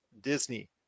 Disney